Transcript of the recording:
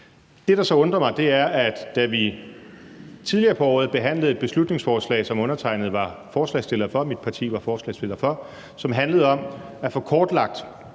Det, der så undrer mig, er, at da vi tidligere på året behandlede et beslutningsforslag, som undertegnede og mit parti var forslagsstillere for, som handlede om at få kortlagt,